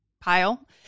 pile